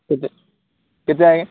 କେତେ କେତେ ଆଜ୍ଞାଁ